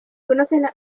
conocen